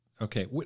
Okay